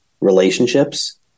relationships